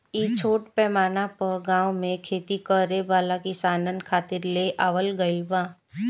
इ छोट पैमाना पर गाँव में खेती करे वाला किसानन खातिर ले आवल गईल बा